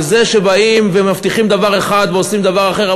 על זה שבאים ומבטיחים דבר אחד ועושים דבר אחר,